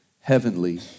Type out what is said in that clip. heavenly